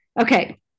Okay